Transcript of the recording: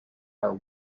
are